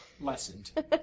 lessened